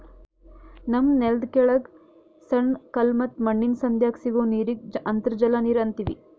ನಮ್ಮ್ ನೆಲ್ದ ಕೆಳಗ್ ಸಣ್ಣ ಕಲ್ಲ ಮತ್ತ್ ಮಣ್ಣಿನ್ ಸಂಧ್ಯಾಗ್ ಸಿಗೋ ನೀರಿಗ್ ಅಂತರ್ಜಲ ನೀರ್ ಅಂತೀವಿ